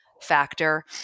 factor